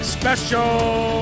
special